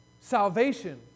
salvation